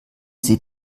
sie